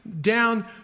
down